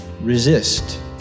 resist